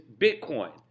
Bitcoin